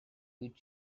heat